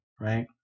right